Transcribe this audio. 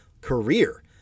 career